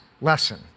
lesson